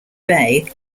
bay